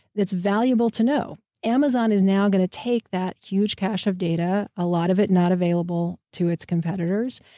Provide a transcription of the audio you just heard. it's valuable to know. amazon is now going to take that huge cache of data, a lot of it not available to its competitors,